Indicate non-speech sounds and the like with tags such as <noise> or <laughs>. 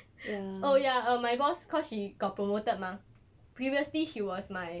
<laughs> oh ya uh my boss cause she got promoted mah previously she was my